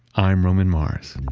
i'm roman mars.